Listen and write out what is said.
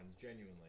genuinely